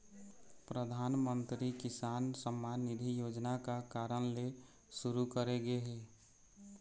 परधानमंतरी किसान सम्मान निधि योजना का कारन ले सुरू करे गे हे?